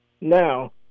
Now